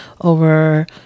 over